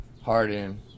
Harden